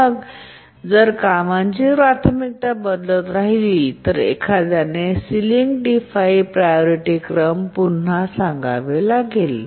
मग जर कामांची प्राथमिकता बदलत राहिली तर एखाद्याने सिलिंग T5 प्रायोरिटी क्रम पुन्हा सांगावे लागेल